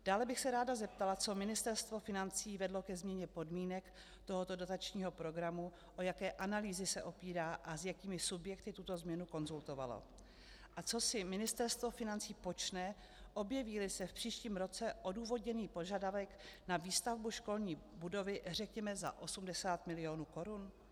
Dále bych se ráda zeptala, co Ministerstvo financí vedlo ke změně podmínek tohoto dotačního programu, o jaké analýzy se opírá a s jakými subjekty tuto změnu konzultovalo a co si Ministerstvo financí počne, objevíli se v příštím roce odůvodněný požadavek na výstavbu školní budovy řekněme za 80 milionů korun?